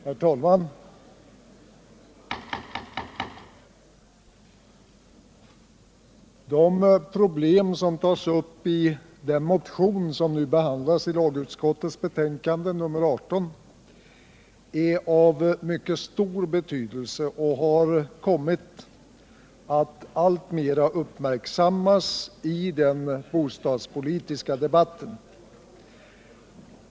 Herr talman! De problem som tas upp i den motion som nu behandlas i lagutskottets betänkande nr 18 är av mycket stor betydelse och har kommit att alltmera uppmärksammas i den bostadspolitiska debatten.